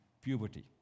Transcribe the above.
puberty